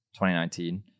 2019